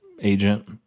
agent